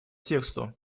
тексту